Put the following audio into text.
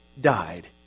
died